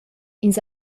ins